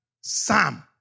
Sam